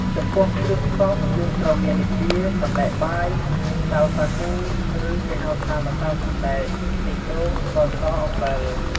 ចំពោះគ្រឿងផ្សំយើងត្រូវមានដូចជា សណ្តែកបាយ ម្សៅសាគូ ឬ គេហៅថា ម្សៅសណ្តែក ខ្ទិះដូង ស្ករស អំបិល។